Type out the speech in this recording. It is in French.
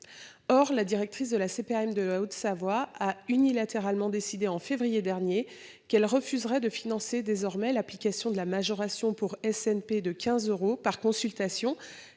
Or, la directrice de la CPAM de la Haute-Savoie a unilatéralement décidé en février dernier qu'elle refuserait de financer désormais l'application de la majoration pour SNP de 15 euros par consultation